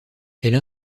elle